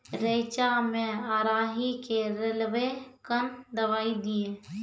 रेचा मे राही के रेलवे कन दवाई दीय?